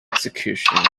execution